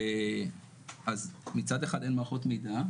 אז מצד אחד אין מערכות מידע,